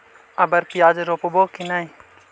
अबर प्याज रोप्बो की नय?